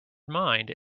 mind